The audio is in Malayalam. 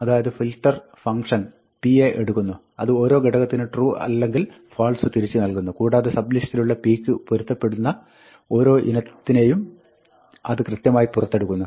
അതായത് ഫിൽട്ടർ ഫംങ്ക്ഷൻ p യെ എടുക്കുന്നു അത് ഓരേ ഘടകത്തിനും ട്രൂ അല്ലെങ്കിൽ ഫാൾസ് തിരിച്ചു നൽകുന്നു കൂടാതെ സബ് ലിസ്റ്റിലുള്ള p യ്ക്ക് പൊരുത്തപ്പെടുന്ന ഓരോ ഇനത്തിനെയും അത് കൃത്യമായി പുറത്തെടുക്കുന്നു